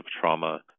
trauma